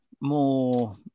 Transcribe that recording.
more